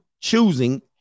choosing